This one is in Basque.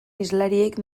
hizlariek